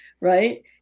right